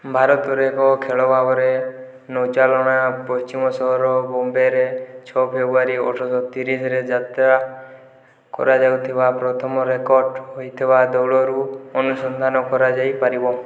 ଭାରତରେ ଏକ ଖେଳ ଭାବରେ ନୌଚାଳନା ପଶ୍ଚିମ ସହର ବମ୍ବେରେ ଛଅ ଫେବୃଆରୀ ଅଠରଶହ ତିରିଶରେ ଯାତ୍ରା କରାଯାଉଥିବା ପ୍ରଥମ ରେକର୍ଡ଼ ହୋଇଥିବା ଦୌଡ଼ରୁ ଅନୁସନ୍ଧାନ କରାଯାଇପାରିବ